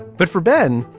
but for ben.